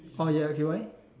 orh ya okay why